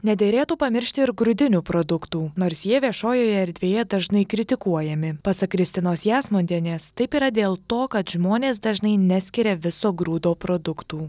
nederėtų pamiršti ir grūdinių produktų nors jie viešojoje erdvėje dažnai kritikuojami pasak kristinos jasmontienės taip yra dėl to kad žmonės dažnai neskiria viso grūdo produktų